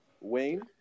Wayne